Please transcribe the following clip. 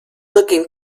looking